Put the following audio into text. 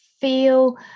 feel